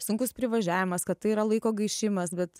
sunkus privažiavimas kad tai yra laiko gaišimas bet